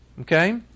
Okay